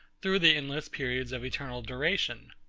through the endless periods of eternal duration.